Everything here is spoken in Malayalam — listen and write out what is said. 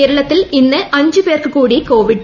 കേരളത്തിൽ ഇന്ന് അഞ്ച് പേർക്ക് കൂടി കോവിഡ്